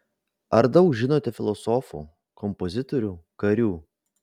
ar daug žinote filosofių kompozitorių karių